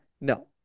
No